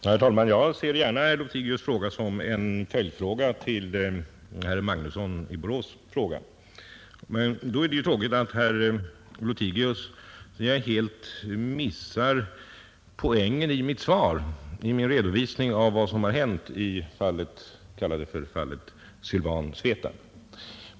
Herr talman! Jag ser gärna herr Lothigius” fråga som en följdfråga till herr Magnussons i Borås fråga. Därför tycker jag att det är tråkigt att herr Lothigius helt missade poängen i min redovisning av vad som har hänt i ”fallet Sylvan-Svetab”.